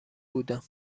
بودم